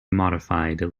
modified